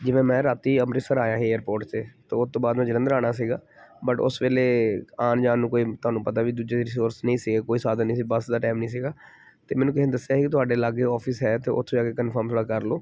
ਜਿਵੇਂ ਮੈਂ ਰਾਤੀ ਅੰਮ੍ਰਿਤਸਰ ਆਇਆ ਏਅਰਪੋਰਟ ਤੋਂ ਅਤੇ ਉਹ ਤੋਂ ਬਾਅਦ ਮੈਂ ਜਲੰਧਰ ਆਉਣਾ ਸੀਗਾ ਬਟ ਉਸ ਵੇਲੇ ਆਉਣ ਜਾਣ ਨੂੰ ਕੋਈ ਤੁਹਾਨੂੰ ਪਤਾ ਵੀ ਦੂਜੇ ਦੀ ਰਿਸੋਰਸ ਨਹੀਂ ਸੀ ਕੋਈ ਸਾਧਨ ਨਹੀਂ ਸੀ ਬੱਸ ਦਾ ਟਾਈਮ ਨਹੀਂ ਸੀਗਾ ਅਤੇ ਮੈਨੂੰ ਕਿਸੇ ਨੇ ਦੱਸਿਆ ਸੀ ਕਿ ਤੁਹਾਡੇ ਲਾਗੇ ਆਫਿਸ ਹੈ ਅਤੇ ਉੱਥੋਂ ਜਾ ਕੇ ਕਨਫਰਮ ਥੋੜ੍ਹਾ ਕਰ ਲਉ